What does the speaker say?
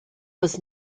was